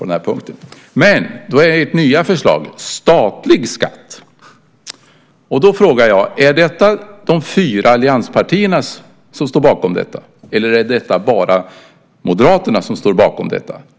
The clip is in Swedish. Men sedan kommer ert nya förslag - statlig skatt. Är det de fyra allianspartierna som står bakom detta? Eller är det bara Moderaterna som står bakom det?